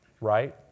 Right